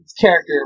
character